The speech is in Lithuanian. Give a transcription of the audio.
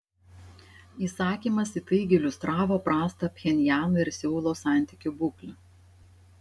įsakymas įtaigiai iliustravo prastą pchenjano ir seulo santykių būklę